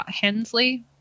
Hensley